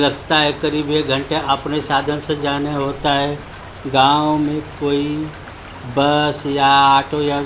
लगता है करीब एक घंटा अपने साधन से जाने होता है गाँव में कोई बस या आटो या